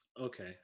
okay